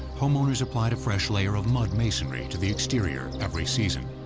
homeowners applied a fresh layer of mud masonry to the exterior every season.